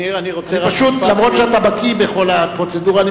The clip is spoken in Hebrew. אף-על-פי שאתה בקי בכל הפרוצדורה,